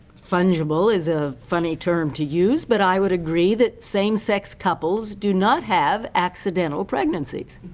fungible is a funny term to use, but i would agree that same-sex couples do not have accidental pregnancies.